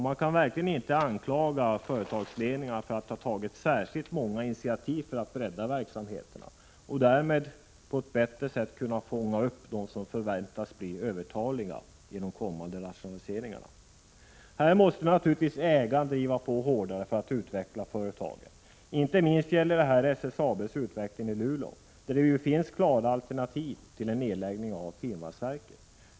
Man kan verkligen inte anklaga företagsledningarna för att ha tagit särskilt många initiativ för att bredda verksamheterna, för att därmed kunna fånga upp dem som förväntas bli 65 Här måste naturligtvis ägaren driva på hårdare för att utveckla företagen. Inte minst gäller det SSAB:s utveckling i Luleå, där det finns klara alternativ till en nedläggning av finvalsverket.